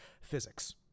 physics—